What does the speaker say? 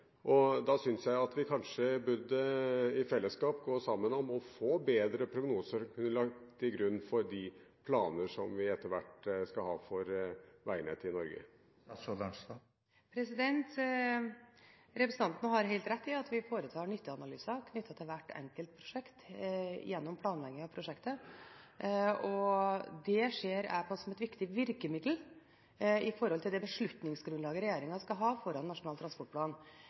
Og da syns jeg vi i fellesskap kanskje burde gå sammen om å få et bedre prognosegrunnlag for de planer vi etter hvert skal ha for veinettet i Norge. Representanten har helt rett i at vi foretar nytteanalyser knyttet til hvert enkelt prosjekt gjennom planleggingen av prosjektet. Det ser jeg på som et viktig virkemiddel knyttet til det beslutningsgrunnlaget regjeringen skal ha foran Nasjonal transportplan.